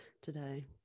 today